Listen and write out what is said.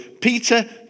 Peter